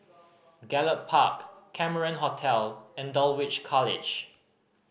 Gallop Park Cameron Hotel and Dulwich College